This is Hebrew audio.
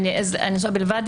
ה"בלבד"